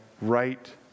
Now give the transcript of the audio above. right